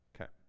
Okay